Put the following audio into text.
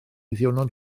ddiwrnod